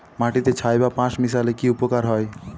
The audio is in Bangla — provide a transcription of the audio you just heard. মাটিতে ছাই বা পাঁশ মিশালে কি উপকার হয়?